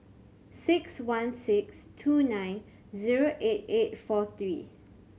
six one six two nine zero eight eight four three